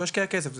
אז הוא ישקיע כסף.